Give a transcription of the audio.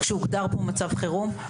כשהוגדר פה מצב חירום?